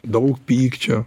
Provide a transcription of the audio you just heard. daug pykčio